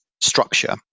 structure